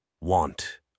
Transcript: Want